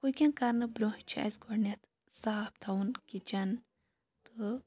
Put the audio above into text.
cooking کَرنہٕ بُرٛونٛہہ چھُ اَسہِ گۄڈٕنیٚتھ صاف تھاوُن کِچن